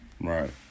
Right